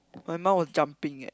my mum were jumping eh